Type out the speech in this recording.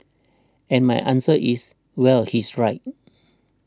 and my answer is well he's right